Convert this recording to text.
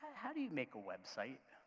how do you make a website?